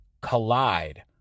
Collide